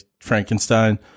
Frankenstein